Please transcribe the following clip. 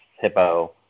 Hippo